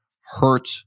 hurt